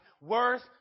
worth